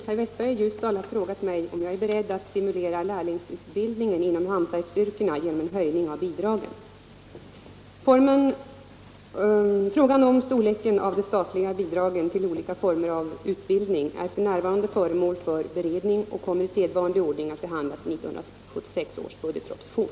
Det statliga trafikföretaget GDG har dragit in erbjudanden om rabatt för vissa resandekategorier. Sålunda har studeranderabatten slopats liksom rätten att på GDG:s trafiknät använda SJ:s rabattkort. Mot denna bakgrund ställs följande fråga: Ärstatsrådet beredd att stimulera lärlingsutbildningen inom hantverksyrkena genom en höjning av bidragen?